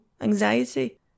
anxiety